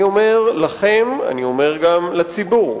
אני אומר לכם, אני אומר גם לציבור,